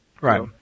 Right